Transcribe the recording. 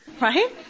Right